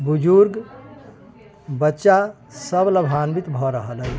बुजुर्ग बच्चा सभ लाभान्वित भऽ रहल अइ